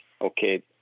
okay